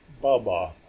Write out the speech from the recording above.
baba